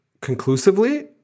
conclusively